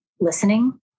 listening